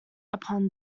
upon